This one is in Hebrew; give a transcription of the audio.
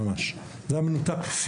המסגרת הזו הייתה מנותקת,